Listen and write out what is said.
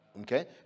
Okay